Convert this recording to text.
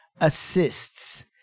assists